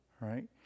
right